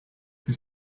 his